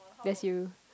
just you